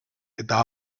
eta